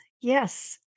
yes